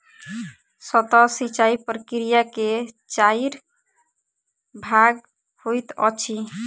सतह सिचाई प्रकिया के चाइर भाग होइत अछि